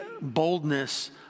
boldness